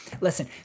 listen